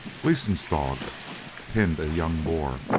gleenson's dog pinned a young boar,